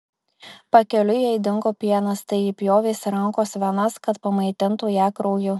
pakeliui jai dingo pienas tai ji pjovėsi rankos venas kad pamaitintų ją krauju